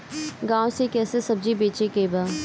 गांव से कैसे सब्जी बेचे के बा?